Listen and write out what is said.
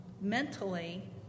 mentally